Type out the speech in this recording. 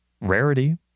rarity